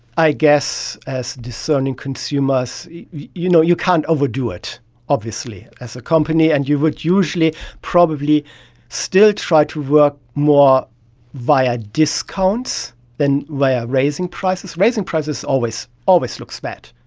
i guess as discerning consumers you know you can't overdo it obviously as a company, and you would usually probably still try to work more via discounts than via raising prices. raising prices always always looks bad.